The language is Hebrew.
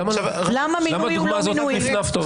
למה נפנפת את הדוגמה הזאת?